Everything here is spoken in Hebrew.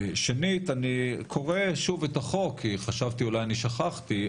שנית אני קורא שוב את החוק כי חשבתי אולי אני שכחתי,